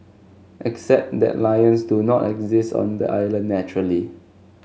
except that lions do not exist on the island naturally